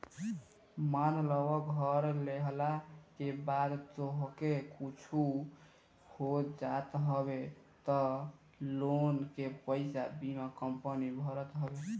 मान लअ घर लेहला के बाद तोहके कुछु हो जात हवे तअ लोन के पईसा बीमा कंपनी भरत हवे